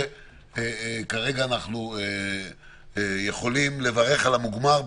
כרגע אנחנו יכולים לברך על המוגמר.